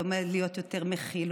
הוא לומד להיות יותר מכיל,